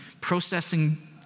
processing